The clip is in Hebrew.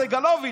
סגלוביץ',